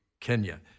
Kenya